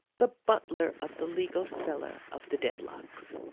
the butler of the legal cellar, of the dedlocks.